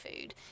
food